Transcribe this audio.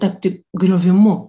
tapti griovimu